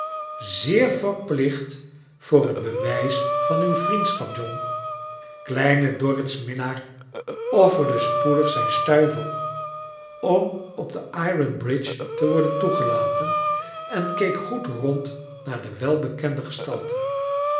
zeer verplicht voor het bewijs van uw vriendschap john kleine dorrit's minnaar offerde spoedig zijn stuiver om op de iron bridge te worden toegelaten en keek goed rond naar de welbekende gestalte